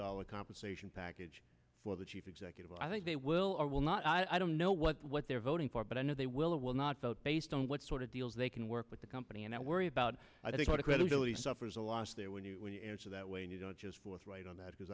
dollars compensation package for the chief executive i think they will or will not i don't know what what they're voting for but i know they will or will not vote based on what sort of deals they can work with the company and i worry about i think our credibility suffers a loss there when you when you answer that way and you don't just forthright on that because